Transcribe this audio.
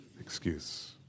Excuse